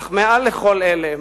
אך מעל לכל אלה,